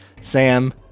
Sam